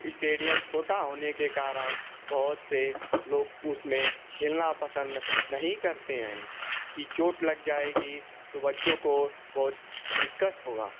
stadium छोटा होने के कारण बहुत से लोग उसमें खेलना पसंद नहीं करते हैं कि चोट लग जाएगी बच्चों को बहुत दिक्कत होगा